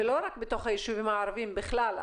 ולא רק בתוך היישובים הערביים בכלל,